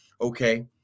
Okay